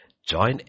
Join